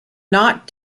not